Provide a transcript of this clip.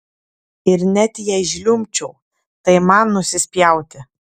ir net jei žliumbčiau tai man nusispjauti